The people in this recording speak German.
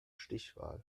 stichwahl